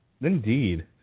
Indeed